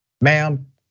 Ma'am